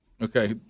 Okay